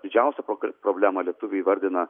didžiausią prob problemą lietuviai įvardina